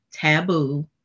taboo